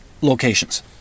locations